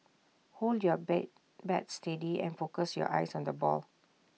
hold your bay bat steady and focus your eyes on the ball